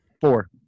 Four